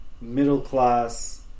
middle-class